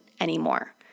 anymore